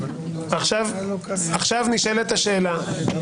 הוא עבר דרך לשכת שר,